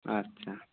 আচ্ছা